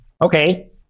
Okay